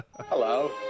Hello